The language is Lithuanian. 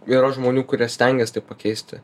yra žmonių kurie stengiasi tai pakeisti